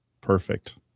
Perfect